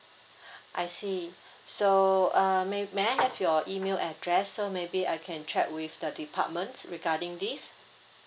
I see so uh may may I have your email address so maybe I can check with the departments regarding this